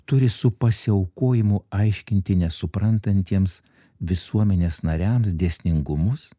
turi su pasiaukojimu aiškinti nesuprantantiems visuomenės nariams dėsningumus